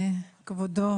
כבודו,